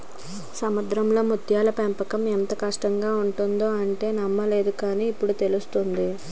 సముద్రంలో ముత్యాల పెంపకం ఎంతో కఠినంగా ఉంటుందంటే నమ్మలేదు కాని, ఇప్పుడే తెలిసింది